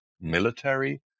military